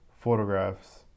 photographs